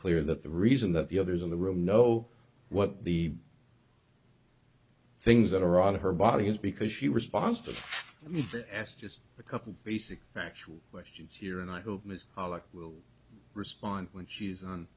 clear that the reason that the others in the room know what the things that are on her body is because she responds to me to ask just a couple basic factual questions here and i hope ms will respond when she's on